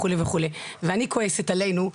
ואני כועסת עלינו,